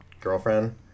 girlfriend